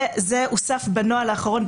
זה הוסף בנוהל האחרון,